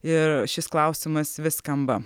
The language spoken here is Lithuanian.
ir šis klausimas vis skamba